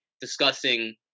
discussing